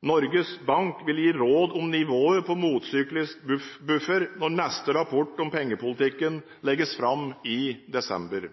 Norges Bank vil gi råd om nivået på motsyklisk buffer når den neste rapporten om pengepolitikken legges fram i desember.